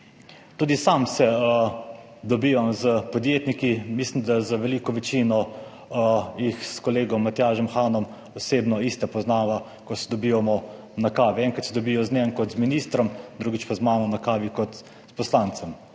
Tudi sam se dobivam s podjetniki, mislim, da veliko večino istih s kolegom Matjažem Hanom osebno poznava, ko se dobivamo na kavi, enkrat se dobijo z njim kot z ministrom, drugič pa z mano kot s poslancem, in